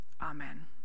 Amen